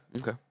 Okay